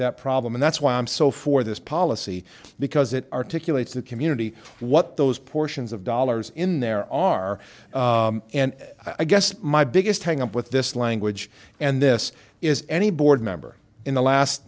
that problem and that's why i'm so for this policy because it articulates the community what those portions of dollars in there are and i guess my biggest hang up with this language and this is any board member in the last